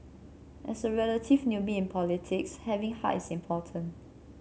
as a relative newbie in politics having heart is important